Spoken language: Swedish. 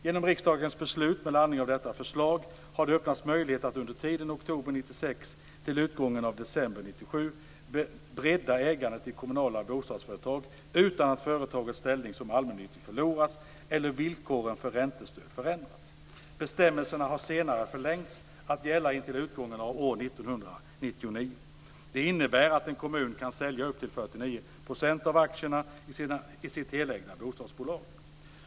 Genom riksdagens beslut med anledning av detta förslag har det öppnats möjligheter att under tiden oktober 1996 till utgången av december 1997 bredda ägandet i kommunala bostadsföretag utan att företagets ställning som allmännyttigt förloras eller villkoren för räntestöd förändras. Bestämmelserna har senare förlängts att gälla intill utgången av år 1999 . Detta innebär att en kommun kan sälja upp till 49 % av aktierna i sitt helägda bostadsbolag.